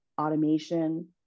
automation